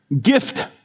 Gift